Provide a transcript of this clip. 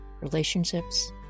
relationships